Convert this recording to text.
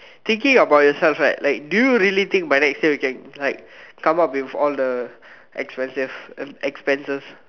thinking about yourself like like do you really think by next year we can like come out with all the expensive uh expenses